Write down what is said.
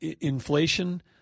inflation